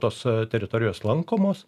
tos teritorijos lankomos